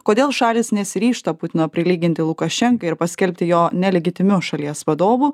kodėl šalys nesiryžta putino prilyginti lukašenkai ir paskelbti jo nelegitimios šalies vadovu